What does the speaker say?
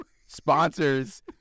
Sponsors